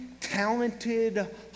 talented